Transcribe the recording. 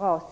Jag